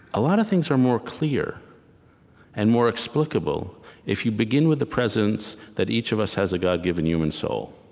a lot of things are more clear and more explicable if you begin with the presence that each of us has a god-given human soul,